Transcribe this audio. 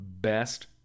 best